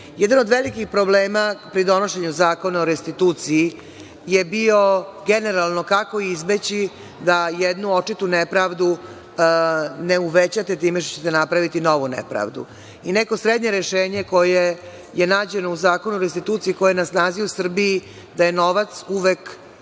vrši. Jedan od velikih problema pri donošenju zakona o restituciji je bio generalno kako izbeći da jednu očitu nepravdu ne uvećate time što ćete napraviti novu nepravdu i neko srednje rešenje koje je nađeno u Zakonu o restituciji koje je na snazi u Srbiji, da je novac uvek